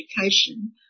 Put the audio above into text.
education